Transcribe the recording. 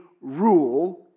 rule